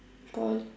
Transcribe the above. poly